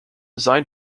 design